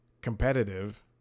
competitive